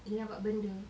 ni nampak benda